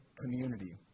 community